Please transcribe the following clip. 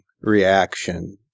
reaction